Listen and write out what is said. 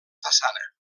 façana